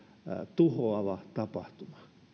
tuhoava tapahtuma ja